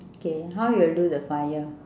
okay how you will do the fire